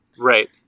Right